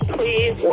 Please